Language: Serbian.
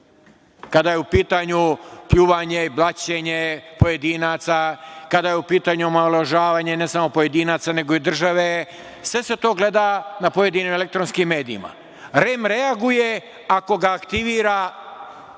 kada je u pitanju pljuvanje i blaćenje pojedinaca, kada je u pitanju omalovažavanje ne samo pojedinaca, nego i države, sve se to gleda na pojedinim elektronskim medijima. REM reaguje ako ga aktivira, pežorativno,